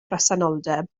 presenoldeb